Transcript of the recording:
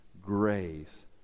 grace